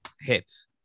hits